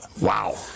Wow